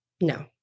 No